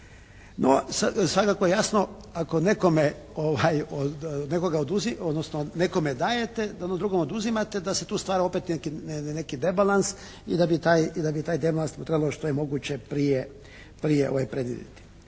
No svakako je jasno ako nekome od, nekome dajete drugom oduzimate da se tu stvara opet neki debalans i da bi taj debalans trebalo što je moguće prije predvidjeti.